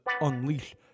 unleash